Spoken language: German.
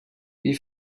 wie